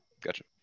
Gotcha